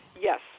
yes